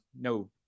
no